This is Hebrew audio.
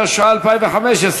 התשע"ה 2015,